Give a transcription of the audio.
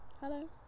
hello